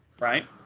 Right